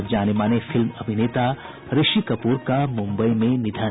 और जाने माने फिल्म अभिनेता ऋषि कपूर का मुंबई में निधन